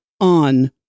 on